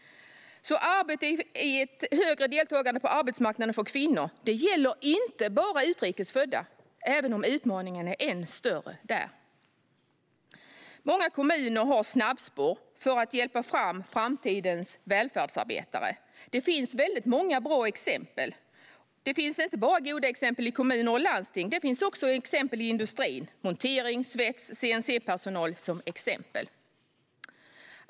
Arbetet för ett högre deltagande på arbetsmarknaden för kvinnor gäller inte bara utrikes födda, även om utmaningen är än större där. Många kommuner har snabbspår för att hjälpa fram framtidens välfärdsarbetare. Det finns många bra exempel. Det finns inte bara goda exempel i kommuner och landsting, utan det finns också exempel i industrin, exempelvis när det gäller montering, svets och CNC-personal.